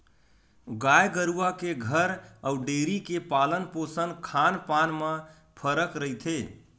गाय गरुवा के घर अउ डेयरी के पालन पोसन खान पान म फरक रहिथे